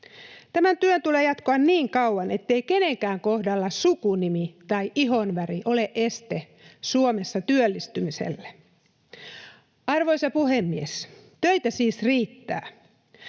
Tämän työn tulee jatkua niin kauan, ettei kenenkään kohdalla sukunimi tai ihonväri ole este Suomessa työllistymiselle. Arvoisa puhemies! Töitä siis riittää.